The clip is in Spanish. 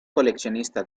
coleccionista